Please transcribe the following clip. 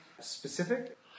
specific